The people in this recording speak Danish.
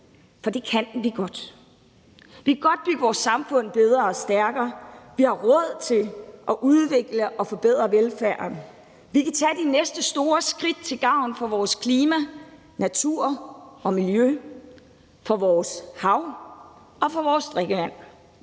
For det kan vi godt. Vi kan godt bygge vores samfund bedre og stærkere. Vi har råd til at udvikle og forbedre velfærden. Vi kan tage de næste store skridt til gavn for vores klima, natur og miljø og for vores hav og vores drikkevand.